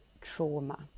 trauma